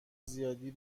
زیادی